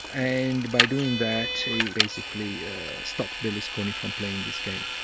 and by doing that he basically stopped berlusconi from playing this game.